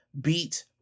beat